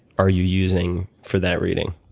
are you using for that reading?